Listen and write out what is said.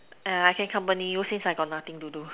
I can accompany you since I got nothing to do